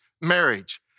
marriage